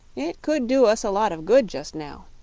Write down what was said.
it could do us a lot of good just now.